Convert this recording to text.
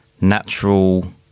natural